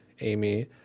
amy